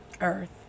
Earth